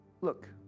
Look